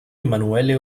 emanuele